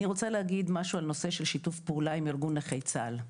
אני רוצה להגיד משהו על נושא של שיתוף פעולה עם ארגון נכי צה"ל.